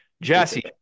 Jesse